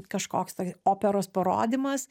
kažkoks tai operos parodymas